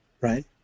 right